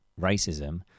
Racism